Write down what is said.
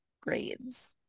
grades